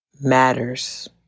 matters